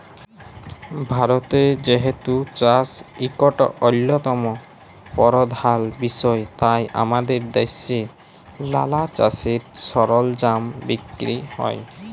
ভারতে যেহেতু চাষ ইকট অল্যতম পরধাল বিষয় তাই আমাদের দ্যাশে লালা চাষের সরলজাম বিক্কিরি হ্যয়